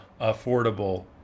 affordable